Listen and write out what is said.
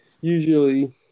usually